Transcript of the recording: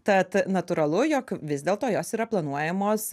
tad natūralu jog vis dėlto jos yra planuojamos